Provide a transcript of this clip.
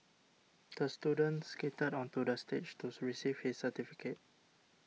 the student skated onto the stage to receive his certificate